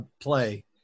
play